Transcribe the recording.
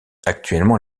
actuellement